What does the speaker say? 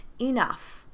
enough